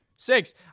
Six